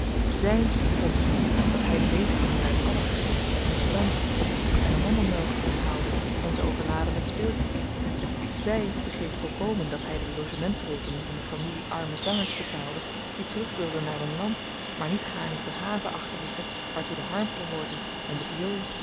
zy vond het goed dat hy de weeskinderen uit alle gestichten te amsterdam op koek en amandelmelk onthaalde en ze overlaadde met speelgoed zy begreep volkomen dat hy de logementsrekening van de familie arme zangers betaalde die terug wilden naar hun land maar niet gaarne de have achterlieten waartoe de harp behoorde en de viool